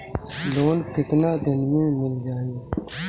Loan कितना दिन में मिल जाई?